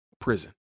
prison